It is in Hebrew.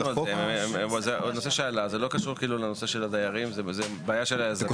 זה לא קשור לדיירים, זו בעיה של היזמים.